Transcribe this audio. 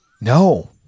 No